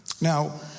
Now